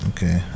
Okay